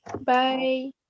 Bye